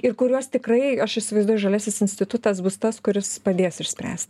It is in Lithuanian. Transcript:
ir kuriuos tikrai aš įsivaizduoju žaliasis institutas bus tas kuris padės išspręs